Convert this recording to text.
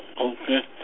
Okay